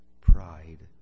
pride